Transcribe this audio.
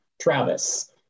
Travis